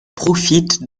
profite